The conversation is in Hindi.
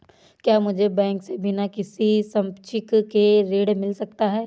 क्या मुझे बैंक से बिना किसी संपार्श्विक के ऋण मिल सकता है?